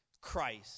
Christ